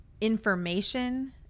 information